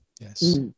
Yes